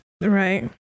right